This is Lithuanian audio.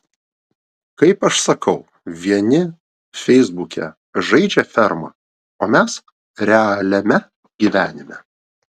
kaip aš sakau vieni feisbuke žaidžia fermą o mes realiame gyvenime